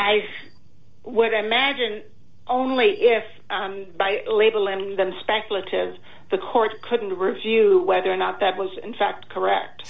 i would imagine only if by labeling them speculative the court couldn't refute whether or not that was in fact correct